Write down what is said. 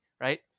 right